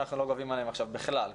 אנחנו לא גובים עליהם עכשיו בכלל.